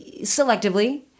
selectively